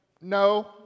no